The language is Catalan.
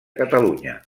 catalunya